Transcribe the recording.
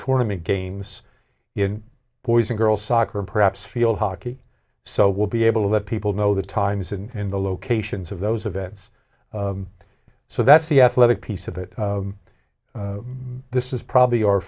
tournament games in boys and girls soccer perhaps field hockey so we'll be able to let people know the times and the locations of those events so that's the athletic piece of it this is probably our